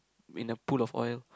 in a pool of oil